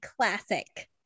classic